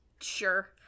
sure